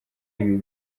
ibi